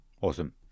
awesome